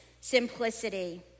simplicity